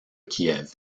kiev